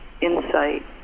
insight